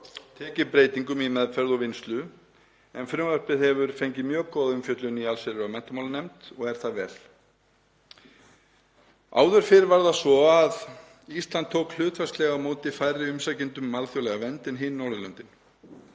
tekið breytingum í meðferð og vinnslu en frumvarpið hefur fengið mjög góða umfjöllun í allsherjar- og menntamálanefnd og er það vel. Áður fyrr var það svo að Ísland tók hlutfallslega á móti færri umsækjendum um alþjóðlega vernd en hin Norðurlöndin.